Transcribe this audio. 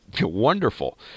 wonderful